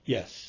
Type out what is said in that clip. Yes